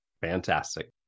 fantastic